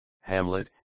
hamlet